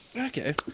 okay